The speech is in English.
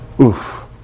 Oof